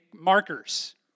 markers